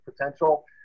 potential